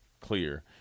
clear